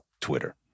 Twitter